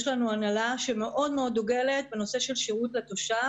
יש לנו הנהלה שמאוד מאוד דוגלת בנושא של שירות לתושב